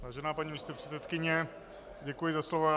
Vážená paní místopředsedkyně, děkuji za slovo.